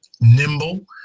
nimble